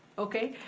okay.